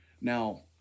Now